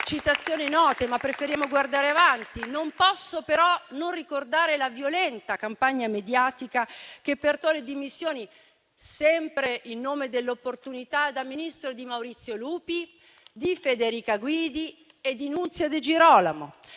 citazioni note, ma preferiamo guardare avanti. Non posso però non ricordare la violenta campagna mediatica, che portò alle dimissioni da Ministro, sempre in nome dell'opportunità, di Maurizio Lupi, di Federica Guidi e di Nunzia De Girolamo